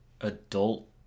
adult